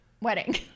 wedding